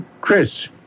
Chris